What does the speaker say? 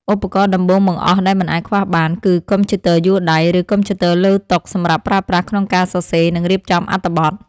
ឧបករណ៍ដំបូងបង្អស់ដែលមិនអាចខ្វះបានគឺកុំព្យូទ័រយួរដៃ ឬកុំព្យូទ័រលើតុសម្រាប់ប្រើប្រាស់ក្នុងការសរសេរ និងរៀបចំអត្ថបទ។